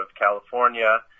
California